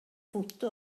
foto